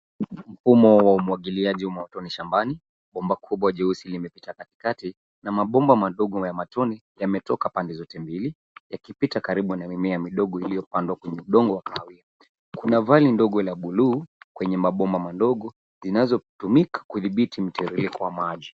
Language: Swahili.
Mfumo wa umwagiliaji wa matone shambani .Bomba kubwa jeusi limepita katikati na mabomba madogo ya matone ,yametoka pande zote mbili, yakipita karibu na mimea midogo iliyopandwa kwenye udongo wa kahawia .Kuna vani ndogo la buluu kwenye maboma madogo, zinazotumika kudhibiti mtiririko wa maji.